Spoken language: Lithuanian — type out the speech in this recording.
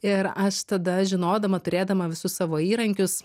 ir aš tada žinodama turėdama visus savo įrankius